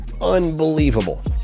unbelievable